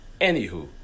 anywho